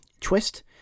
twist